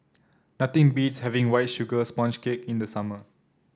nothing beats having White Sugar Sponge Cake in the summer